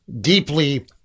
deeply